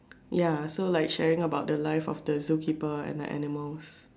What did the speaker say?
ya so like sharing about the life of the zookeeper and the animals